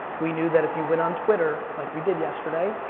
we knew that if you went on twitter, like we did yesterday,